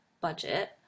budget